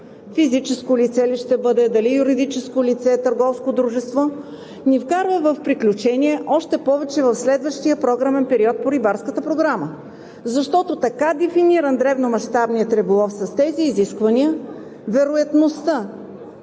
физическо лице ли ще бъде, дали юридическо лице, търговско дружество, ни вкарва в приключение още повече в следващия програмен период по рибарската програма. Защото така дефиниран, дребномащабният риболов, с тези изисквания, вероятността